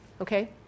Okay